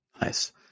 Nice